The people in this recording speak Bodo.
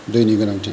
दैनि गोनांथि